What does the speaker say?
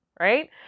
right